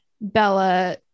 Bella